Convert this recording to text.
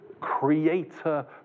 creator